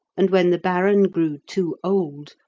and when the baron grew too old,